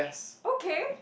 okay